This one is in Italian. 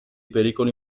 pericoli